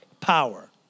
power